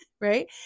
Right